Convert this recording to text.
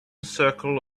circle